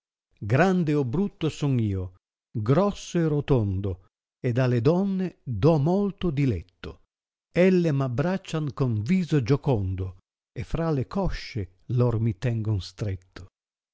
grande o brutto soii io grosso e rotondo ed a le donne do molto diletto elle m abbracian con viso giocondo e fra le cosci e lor mi tengon stretto